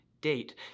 date